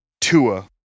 Tua